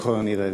ככל הנראה,